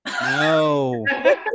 No